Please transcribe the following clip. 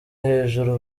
hejuru